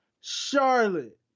Charlotte